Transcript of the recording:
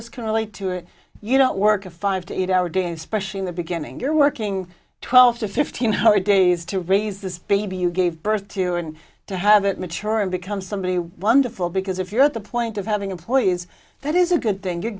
us can relate to it you know work a five to eight hour day especially in the beginning you're working twelve to fifteen hour days to raise this baby you gave birth to and to have it mature and become somebody wonderful because if you're at the point of having employees that is a good thing you're